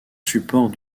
support